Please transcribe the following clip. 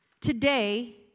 today